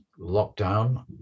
lockdown